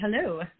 hello